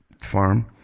farm